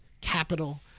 capital